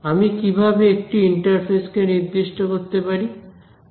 আমি কিভাবে একটি ইন্টারফেস কে নির্দিষ্ট করতে পারি